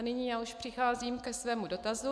Nyní už přicházím ke svému dotazu.